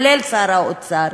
כולל שר האוצר,